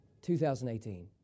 2018